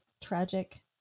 tragic